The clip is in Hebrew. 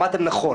שמעתם נכון: